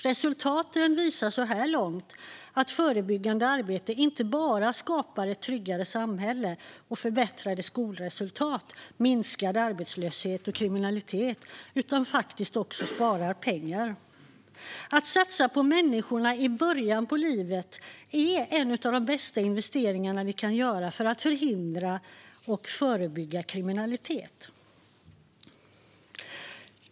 Resultaten visar så här långt att förebyggande arbete inte bara skapar ett tryggare samhälle, förbättrade skolresultat, minskad arbetslöshet och minskad kriminalitet utan faktiskt också sparar pengar. Att satsa på människorna i början av livet är en av de bästa investeringarna som vi kan göra för att förhindra och förebygga kriminalitet.